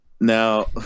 Now